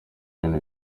ibintu